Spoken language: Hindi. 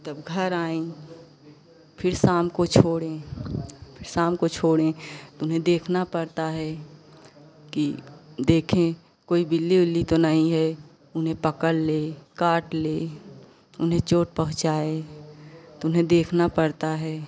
तब घर आईं फिर शाम को छोड़े शाम को छोड़ें उन्हें देखना पड़ता है कि देखें कोई बिल्ली उल्ली तो नहीं है उन्हें पकड़ लें उन्हें काट लें उन्हें चोट पहुंचाए तो उन्हें देखना पड़ता है